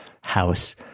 house